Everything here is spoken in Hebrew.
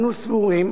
אנו סבורים